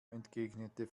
entgegnet